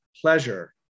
pleasure